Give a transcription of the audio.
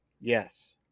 Yes